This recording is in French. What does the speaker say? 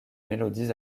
mélodies